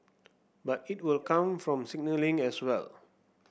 but it will come from signalling as well